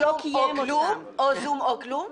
או "זום" או כלום?